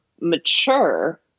mature